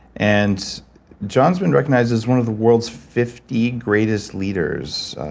and john's been recognized as one of the world's fifty greatest leaders.